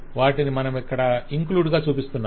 వాటిని మనమిక్కడ ఇంక్లూడ్ గా చూపిస్తున్నాము